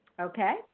Okay